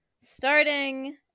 starting